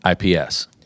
IPS